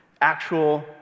actual